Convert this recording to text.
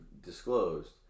disclosed